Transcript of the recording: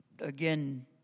again